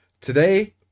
Today